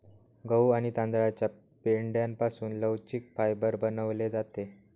गहू आणि तांदळाच्या पेंढ्यापासून लवचिक फायबर बनवले जाते